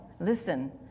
listen